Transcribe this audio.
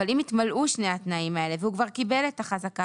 אבל אם התמלאו שני התנאים האלה והוא כבר קיבל את החזקה